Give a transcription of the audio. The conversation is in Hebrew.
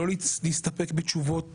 לא להסתפק בתשובות